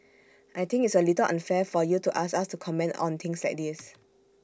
I think it's A little unfair for you to ask us to comment on things like this